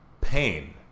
pain